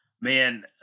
Man